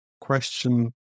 question